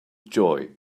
joy